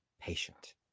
patient